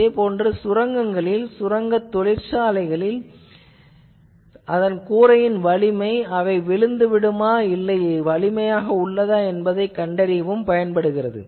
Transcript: அதே போன்று சுரங்கங்களில் சுரங்கத் தொழிற்சாலையில் அதன் கூரையின் வலிமை அவை விழுமா இல்லையா என்பதையும் காணலாம்